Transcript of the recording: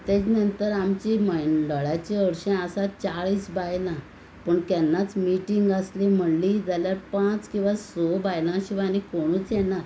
तेज नंतर आमची मंडळाचीं हरशीं आसात चाळीस बायलां पूण केन्नाच मिटींग आसली म्हणली जाल्यार पांच किंवा स बायलां शिवाय आनी कोणूच येनात